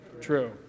True